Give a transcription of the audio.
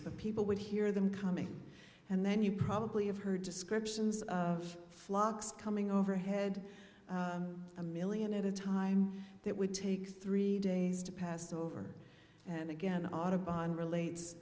but people would hear them coming and then you probably have heard descriptions of flocks coming overhead a million at a time that would take three days to pass over and again audubon relates